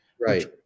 Right